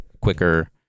quicker